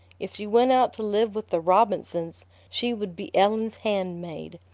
if she went out to live with the robinsons, she would be ellen's handmaid,